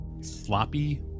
sloppy